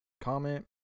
Comment